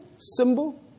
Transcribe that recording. symbol